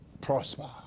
prosper